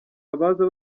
abaza